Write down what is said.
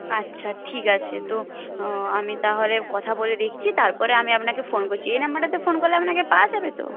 আচ্ছা ঠিক আছে তো আমি তাহলে কথা বলে দেখছি তার পরে আমি আপনাকে ফোন করছি এই নাম্বারটাতে ফোন করলে আপনাকে পাওয়া যাবে তো